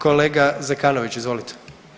Kolega Zekanović izvolite.